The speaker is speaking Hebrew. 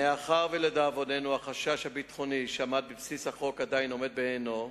מאחר שלדאבוננו החשש הביטחוני שעמד בבסיס החוק עדיין עומד בעינו,